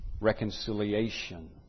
reconciliation